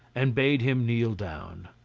and bade him kneel down.